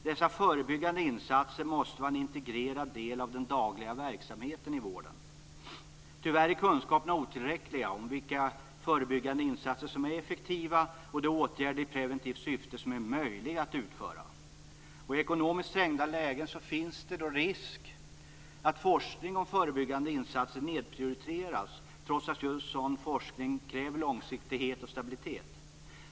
Dessa förebyggande insatser måste vara en integrerad del av den dagliga verksamheten i vården. Tyvärr är kunskaperna otillräckliga om vilka förebyggande insatser som är effektiva och vilka åtgärder i preventivt syfte som är möjliga att utföra. I ekonomiskt trängda lägen finns det risk att forskning om förebyggande insatser nedprioriteras, trots att just sådan forskning kräver långsiktighet och stabilitet.